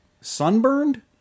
sunburned